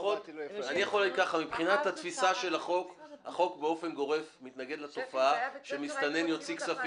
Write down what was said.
באופן גורף החוק מתנגד לתופעה שמסתנן יוציא כספים,